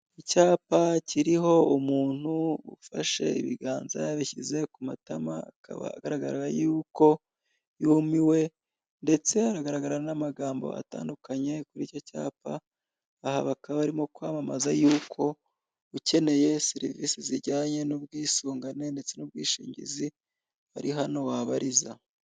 Icyapa kiriho umuntu ufashe ibiganza yabishyize ku matama, akaba agaragara yuko yumiwe ndetse haragaragara n'amagambo atandukanye kuri icyo cyapa, aha bakaba arimo kwamamaza yuko ukeneye serivisi zijyanye n'ubwisungane ndetse n'ubwishingizi ari hano wabariza.